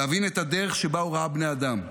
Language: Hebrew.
להבין את הדרך שבה הוא ראה בני אדם.